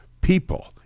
people